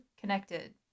Connected